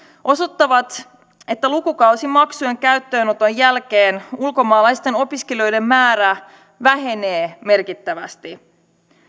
osoittavat että lukukausimaksujen käyttöönoton jälkeen ulkomaalaisten opiskelijoiden määrä vähenee merkittävästi